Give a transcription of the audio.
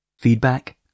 Feedback